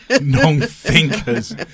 non-thinkers